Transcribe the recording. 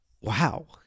wow